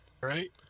Right